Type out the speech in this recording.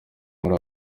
muri